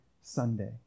Sunday